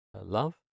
love